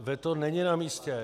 Veto není namístě.